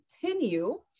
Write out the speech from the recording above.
continue